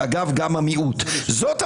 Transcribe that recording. אמרתי,